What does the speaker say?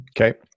Okay